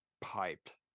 piped